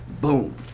Boom